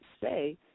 say